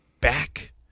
back